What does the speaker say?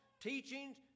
teachings